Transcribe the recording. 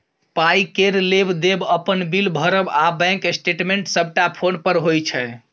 पाइ केर लेब देब, अपन बिल भरब आ बैंक स्टेटमेंट सबटा फोने पर होइ छै